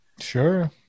Sure